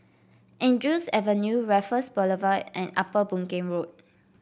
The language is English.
Andrews Avenue Raffles Boulevard and Upper Boon Keng Road